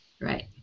Right